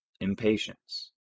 impatience